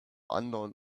unknown